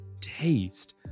taste